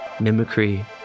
mimicry